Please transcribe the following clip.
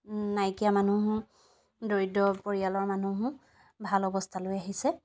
নাইকীয়া মনুহো দৰিদ্ৰ পৰিয়ালৰ মানুহো ভাল অৱস্থালৈ আহিছে